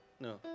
no